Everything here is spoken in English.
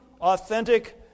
authentic